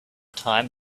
time